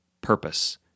purpose